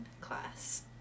class